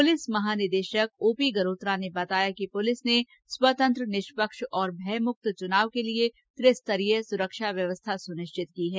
police महानिदेशक OP Galhotra ने बताया कि पुलिस ने स्वतंत्र निष्पक्ष और भयमुक्त चुनाव के लिए त्रिस्तरीय सुरक्षा व्यवस्था सुनिश्चित की है